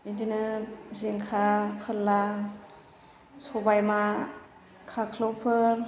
बेदिनो जिंखा फोरला सबायमा खाख्लौफोर